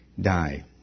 die